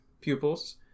pupils